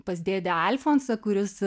pas dėdę alfonsą kuris